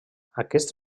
aquests